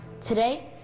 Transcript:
Today